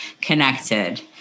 connected